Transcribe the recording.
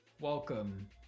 Welcome